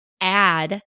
add